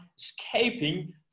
escaping